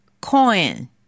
coin